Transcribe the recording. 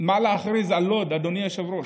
מה להכריז על לוד, אדוני היושב-ראש.